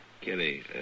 Kitty